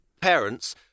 parents